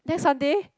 this Sunday